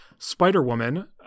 Spider-Woman